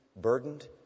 burdened